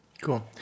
Cool